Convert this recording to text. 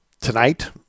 tonight